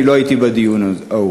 אני לא הייתי בדיון ההוא.